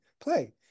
play